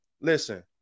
listen